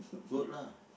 good lah